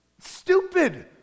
stupid